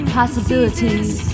possibilities